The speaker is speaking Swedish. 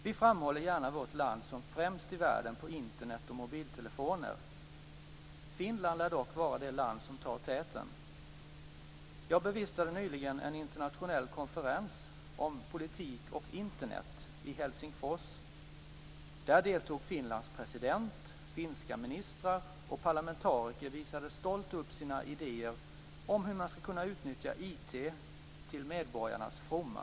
Vi framhåller gärna vårt land som främst i världen på Internet och mobiltelefoner. Finland lär dock vara det land som tar täten. Jag bevistade nyligen en internationell konferens, "Politik & Internet", i Helsingfors. Där deltog Finlands president, och finska ministrar och parlamentariker visade stolt upp sina idéer om hur man skall kunna utnyttja IT till medborgarnas fromma.